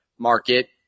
Market